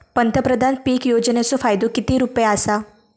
पंतप्रधान पीक योजनेचो फायदो किती रुपये आसा?